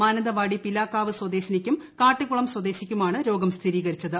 മാനന്തവാടി പിലാക്കാവ് സ്വദേശിനിക്കും കാട്ടിക്കുളം സ്വദേശിക്കുമാണ് രോഗം സ്ഥിരീകരിച്ചത്